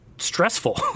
stressful